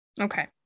Okay